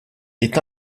est